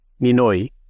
Ninoy